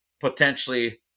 potentially